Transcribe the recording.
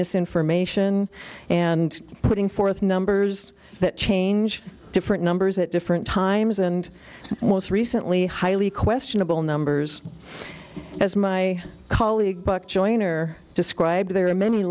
misinformation and putting forth numbers that change different numbers at different times and most recently highly questionable numbers as my colleague buck joyner described there are many